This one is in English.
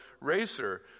racer